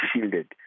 shielded